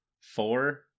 four